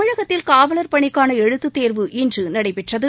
தமிழகத்தில் காவலர் பணிக்கான எழுத்துத் தேர்வு இன்று நடைபெற்றது